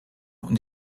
und